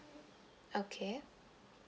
okay